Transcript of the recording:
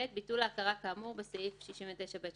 (ב) ביטול ההכרה כאמור בסעיף 69ב17,